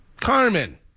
Carmen